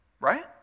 right